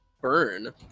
Burn